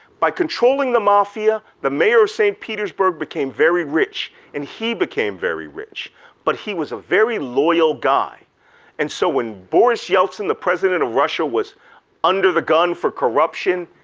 by controlling the mafia, the mayor of st. petersburg became very rich and he became very rich but he was a very loyal guy and so when boris yeltsin, the president of russia was under the gun for corruption,